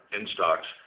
in-stocks